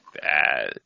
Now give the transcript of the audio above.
bad